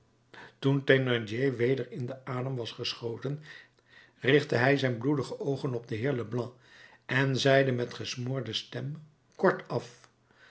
toen thénardier weder in den adem was geschoten richtte hij zijn bloedige oogen op den heer leblanc en zeide met gesmoorde stem kortaf